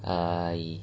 I